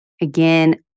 Again